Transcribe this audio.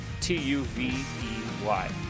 T-U-V-E-Y